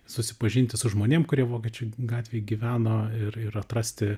susipažinti su žmonėm kurie vokiečių gatvėj gyveno ir ir atrasti